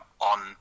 on